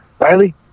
Riley